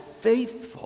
faithful